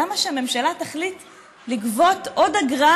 למה שהממשלה תחליט לגבות עוד אגרה